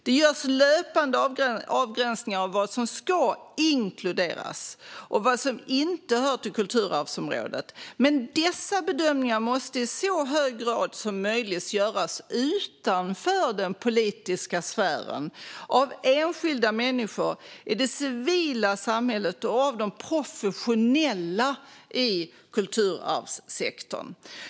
Det görs löpande avgränsningar av vad som ska inkluderas och vad som inte hör till kulturarvsområdet, men dessa bedömningar måste i så hög grad som möjligt göras utanför den politiska sfären av enskilda människor i det civila samhället och av de professionella inom kulturarvssektorn.